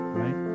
right